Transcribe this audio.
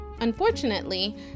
Unfortunately